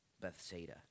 Bethsaida